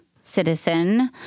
citizen